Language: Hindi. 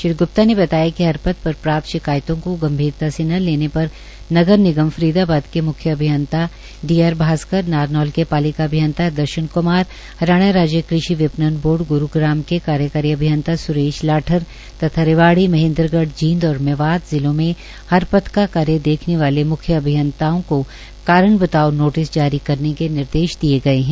श्री ग्प्ता ने बताया कि हरपथ पर प्राप्त शिकायतों को गम्भीरता से न लेने पर नगरनिगम फरीदाबाद के म्ख्य अभियन्ता डीआरभास्कर नारनौल के पालिका अभियन्ता दर्शन क्मार हरियाणा राज्य कृषि विपणन बोर्ड ग्रुग्राम के कार्यकारी अभियन्ता सुरेश लाठर तथा रेवाड़ी महेन्द्रगढ़ जींद और मेवात जिलों में हरपथ का कार्य देखने वाले म्ख्य अभियंताओं को कारण बताओ नोटिस जारी करने के निर्देश दिए गए हैं